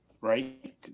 right